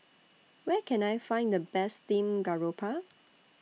Where Can I Find The Best Steamed Garoupa